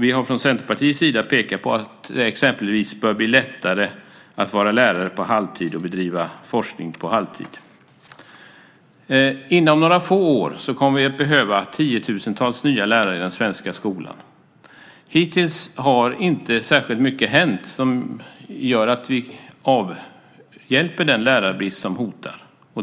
Vi har från Centerpartiets sida pekat på att det exempelvis bör bli lättare att vara lärare på halvtid och bedriva forskning på halvtid. Inom några få år kommer vi att behöva tiotusentals nya lärare i den svenska skolan. Hittills har inte särskilt mycket hänt som gör att vi avhjälper den lärarbrist som hotar.